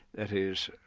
that is,